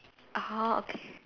orh okay